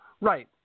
Right